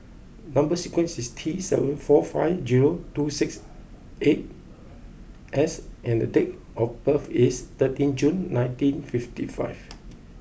number sequence is T seven four five zero two six eight S and date of birth is thirteen June nineteen fifty five